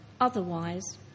Otherwise